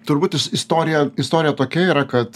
turbūt is istorija istorija tokia yra kad